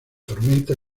tormenta